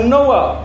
Noah